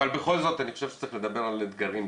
אבל בכל זאת אני חושב שצריך לדבר גם על אתגרים.